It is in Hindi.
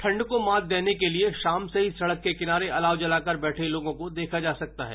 ठंड को मात देने के लिए शाम से ही सड़क के किनारे अलाव जलाकर बैठे लोगों को देखा जा सकता है